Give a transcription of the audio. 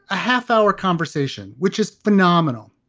a half hour conversation, which is phenomenal.